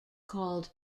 called